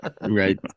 Right